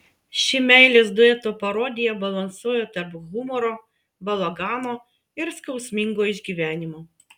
ši meilės dueto parodija balansuoja tarp humoro balagano ir skausmingo išgyvenimo